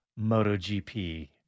MotoGP